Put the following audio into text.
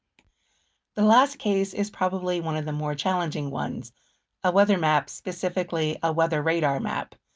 the last case is probably one of the more challenging ones a weather map, specifically, a weather radar map.